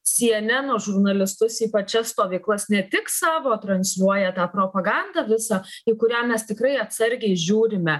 syeneno žurnalistus į pačias stovyklas ne tik savo transliuoja tą propagandą visą į kurią mes tikrai atsargiai žiūrime